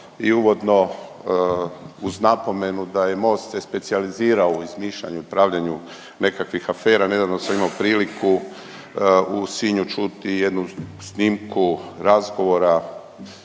i uvodno uz napomenu da je Most se specijalizirao u izmišljanju i pravljenju nekakvih afera. Nedavno sam imao priliku u Sinju čuti jednu snimku razgovora